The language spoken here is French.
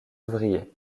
ouvriers